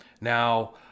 Now